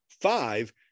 five